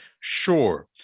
Sure